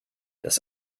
das